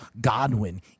Godwin